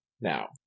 now